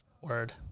Word